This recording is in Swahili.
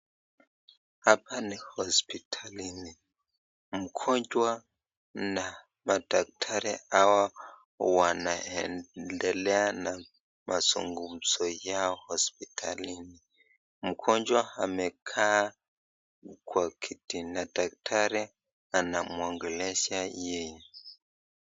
Hapa ni hospitalini. Mgonjwa na madaktari hawa wanaendelea na mazungumzo yao hospitalini. Mgonjwa amekaa kwa kiti na daktari anamwongelesha yeye.